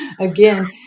again